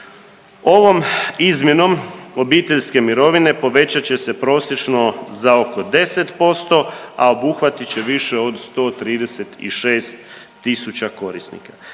Ovom izmjenom obiteljske mirovine povećat će se prosječno za oko 10%, a obuhvatit će više od 136.000 korisnika.